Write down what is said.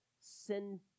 sin